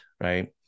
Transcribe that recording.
right